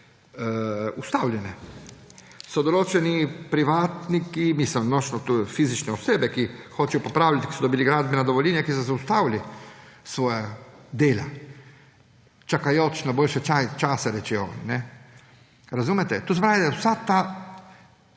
ustavljene, so določeni privatniki, fizične osebe, ki hočejo popravljati, ki so dobili gradbena dovoljenja, ki so zaustavili svoja dela, čakajoč na boljše čase, rečejo. Razumete. To se pravi, da ves ta